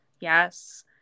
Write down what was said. yes